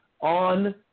on